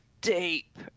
deep